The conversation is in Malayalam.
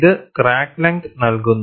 ഇത് ക്രാക്ക് ലെങ്ത് നൽകുന്നു